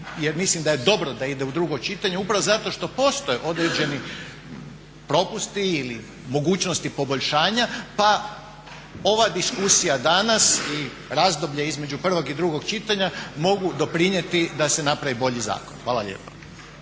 jer mislim da je dobro da ide u drugo čitanje upravo zato što postoje određeni propusti ili mogućnosti poboljšanja pa ova diskusija danas i razdoblje između prvog i drugog čitanja mogu doprinijeti da se napravi bolji zakon. Hvala lijepa.